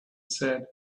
said